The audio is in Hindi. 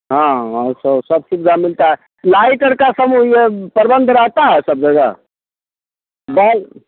हाँ हाँ स सब सुविधा मिलता है लाइट कर का यह प्रबंध रहता है सब जगह बैग